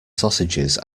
sausages